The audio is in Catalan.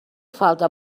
falta